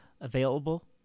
available